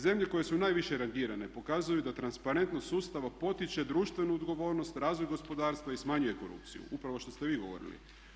Zemlje koje su najviše rangirane pokazuju da transparentnost sustava potiče društvenu odgovornost, razvoj gospodarstva i smanjuje korupciju, upravo što ste vi govorili.